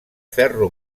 ferro